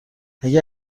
اگه